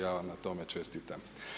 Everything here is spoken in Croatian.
Ja vam na tome čestitam.